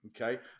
okay